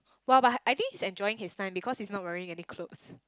!wah! but I think he's enjoying his time because he's not wearing any clothes